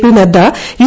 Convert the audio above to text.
P Nadda U